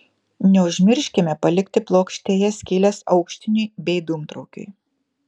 neužmirškime palikti plokštėje skyles aukštiniui bei dūmtraukiui